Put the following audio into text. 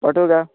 బటువుగా